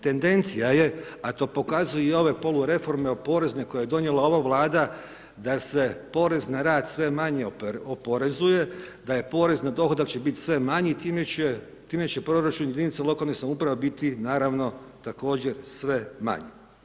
Tendencija je a to pokazuje i ove polureforme o porezu koja je donijela ova Vlada, da se porez na rad sve manje oporezuje, da je porez na dohodak će biti sve manji i time proračun jedinica lokalne samouprave biti naravno također sve manji.